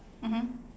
mmhmm